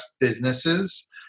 businesses